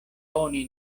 oni